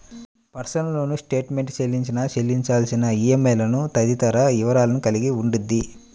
personal loan statement చెల్లించిన, చెల్లించాల్సిన ఈఎంఐలు తదితర వివరాలను కలిగి ఉండిద్ది